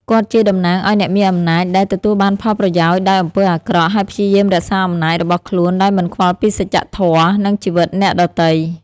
គាត់ជាតំណាងឲ្យអ្នកមានអំណាចដែលទទួលបានផលប្រយោជន៍ដោយអំពើអាក្រក់ ហើយព្យាយាមរក្សាអំណាចរបស់ខ្លួនដោយមិនខ្វល់ពីសច្ចធម៌ និងជីវិតអ្នកដទៃ។